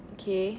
okay